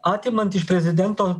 atimant iš prezidento